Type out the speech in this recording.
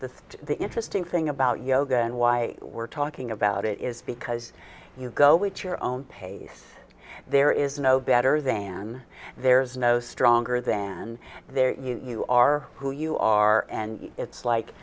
this the interesting thing about yoga and why we're talking about it is because you go with your own pace there is no better than there is no stronger than there you are who you are and it's like